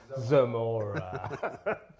Zamora